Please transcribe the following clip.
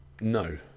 No